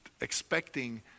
expecting